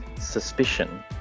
suspicion